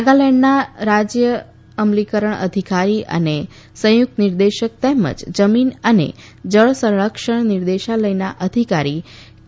નાગાલેન્ડના રાજય અમલીકરણ અધિકારી અને સંયુકત નિદેશક તેમજ જમીન અને જળ સંરક્ષણ નિદેશાલયના અધિકારી કે